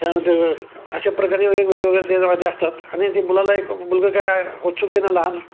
त्यानंतर अशा प्रकारे वेग वेगवेगळ्या त्याच्यामध्ये असतात आणि ती मुलाला एक मुलगा काय उत्सुकतेनं लहान